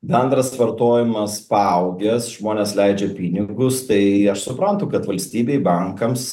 bendras vartojimas paaugęs žmonės leidžia pinigus tai aš suprantu kad valstybei bankams